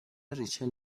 ریچل